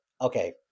Okay